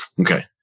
okay